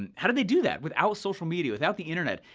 and how did they do that without social media, without the internet?